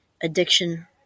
addiction